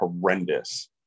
horrendous